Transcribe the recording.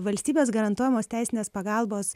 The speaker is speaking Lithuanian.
valstybės garantuojamos teisinės pagalbos